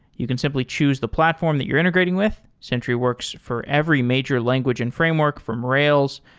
you can simply choose the platform that you're integrating with. sentry works for every major language and framework, from rails,